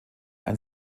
ein